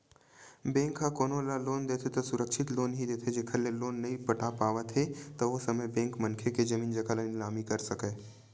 bank ह कोनो ल लोन देथे त सुरक्छित लोन ही देथे जेखर ले लोन नइ पटा पावत हे त ओ समे बेंक मनखे के जमीन जघा के निलामी कर सकय